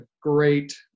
great